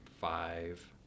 five